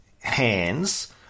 hands